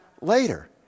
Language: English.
later